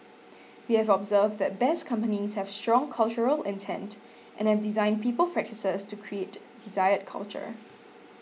we have observed that Best Companies have strong cultural intent and have designed people practices to create desired culture